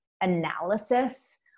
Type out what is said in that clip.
analysis